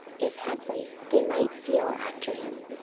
if haply they might feel after him,